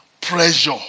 pressure